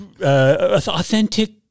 authentic